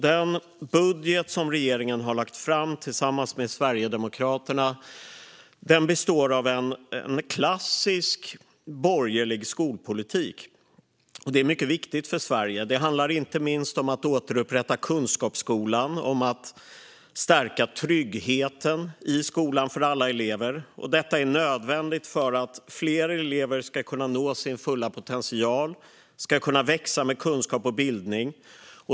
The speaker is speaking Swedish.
Den budget som regeringen tillsammans med Sverigedemokraterna har lagt fram består av en klassisk borgerlig skolpolitik. Det är mycket viktigt för Sverige. Det handlar inte minst om att återupprätta kunskapsskolan och om att stärka tryggheten i skolan för alla elever. Detta är nödvändigt för att fler elever ska kunna nå sin fulla potential och kunna växa med kunskap och bildning.